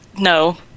no